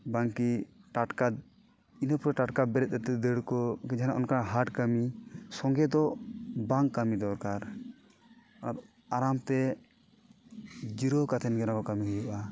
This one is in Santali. ᱵᱟᱝᱠᱤ ᱴᱟᱴᱠᱟ ᱤᱱᱟᱹᱯᱚᱨᱮ ᱴᱟᱴᱠᱟ ᱵᱮᱨᱮᱫ ᱠᱟᱛᱮ ᱫᱟᱹᱲᱠᱚ ᱡᱟᱦᱟᱱᱟᱜ ᱚᱱᱠᱟ ᱦᱟᱴ ᱠᱟᱹᱢᱤ ᱥᱚᱸᱜᱮ ᱫᱚ ᱵᱟᱝ ᱠᱟᱹᱢᱤ ᱫᱚᱨᱠᱟᱨ ᱟᱨ ᱟᱨᱟᱢᱛᱮ ᱡᱤᱨᱟᱹᱣ ᱠᱟᱛᱮᱱ ᱜᱮ ᱱᱚᱣᱟ ᱠᱟᱹᱢᱤ ᱦᱩᱭᱩᱜᱼᱟ